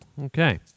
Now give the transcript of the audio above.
Okay